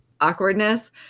awkwardness